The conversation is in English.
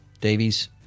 Davies